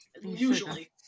Usually